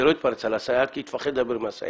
זה לא יתפרץ על הסייעת כי היא תפחד לדבר עם הסייעת.